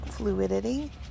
fluidity